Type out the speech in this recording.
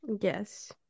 yes